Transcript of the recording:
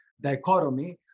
dichotomy